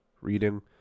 reading